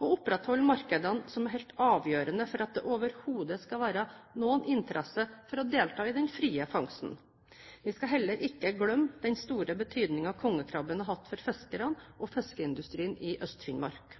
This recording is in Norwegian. og opprettholde markedene som er helt avgjørende for at det overhodet skal være noen interesse for å delta i den frie fangsten. Vi skal heller ikke glemme den store betydningen kongekrabben har hatt for fiskerne og fiskeindustrien i Øst-Finnmark.